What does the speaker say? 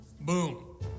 Boom